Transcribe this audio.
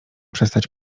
przestać